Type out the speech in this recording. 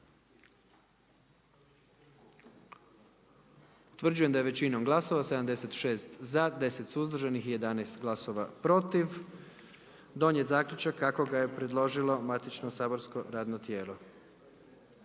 Utvrđujem da je većinom glasova, 76 za, 10 suzdržanih i 9 protiv donijet zaključak kako su je predložilo matično saborsko radno tijelo.